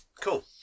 Cool